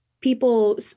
people